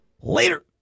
Later